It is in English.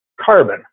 carbon